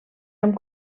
amb